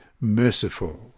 merciful